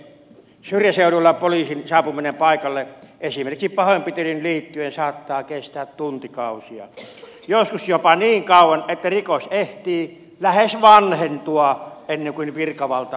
syrjäseuduilla poliisin saapuminen paikalle esimerkiksi pahoinpitelyyn liit tyen saattaa kestää tuntikausia joskus jopa niin kauan että rikos ehtii lähes vanhentua ennen kuin virkavalta on paikalla